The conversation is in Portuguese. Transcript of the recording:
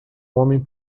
homem